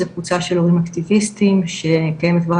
זו קבוצה של הורים אקטיביסטים שקיימת כבר